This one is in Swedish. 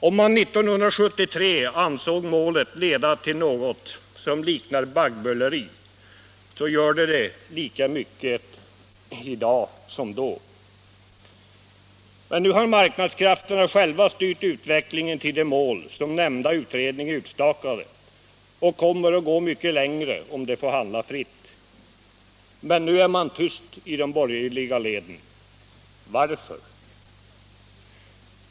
Om man 1973 ansåg målet leda till något som liknar baggböleri, så gör det 'det lika mycket i dag som då. Men nu har marknadskrafterna själva styrt utvecklingen till det mål som nämnda utredning utstakade och kommer att gå mycket längre om de får handla fritt. Men nu är man tyst i de borgerliga leden. Varför?